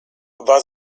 war